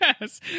Yes